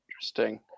Interesting